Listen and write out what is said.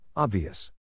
Obvious